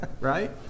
right